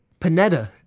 Panetta